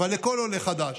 אבל לכל עולה חדש.